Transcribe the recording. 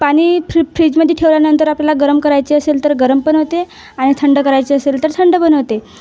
पाणी फ्री फ्रीजमध्ये ठेवल्यानंतर आपल्या गरम करायचे असेल तर गरम पण होते आणि थंड करायचे असेल तर थंड पण होते